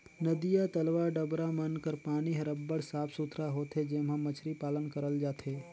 नदिया, तलवा, डबरा मन कर पानी हर अब्बड़ साफ सुथरा होथे जेम्हां मछरी पालन करल जाथे